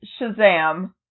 Shazam